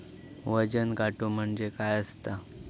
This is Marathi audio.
वजन काटो म्हणजे काय असता?